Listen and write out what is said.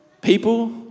People